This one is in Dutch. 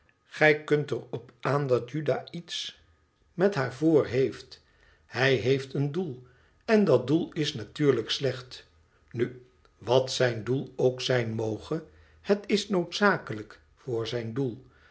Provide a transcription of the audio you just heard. gij kunt er op aan dat juda iets met haar voorheeft hij heeft een doel en dat doel is natuurlijk slecht nu wat zijn doel ook zijn moge het is noodzakelijk voor zijn doel